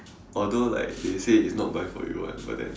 although like they say it's not buy for you [one] but then